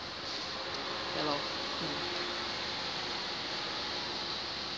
ya lor